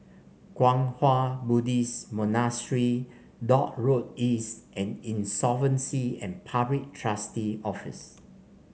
Kwang Hua Buddhist Monastery Dock Road East and Insolvency and Public Trustee Office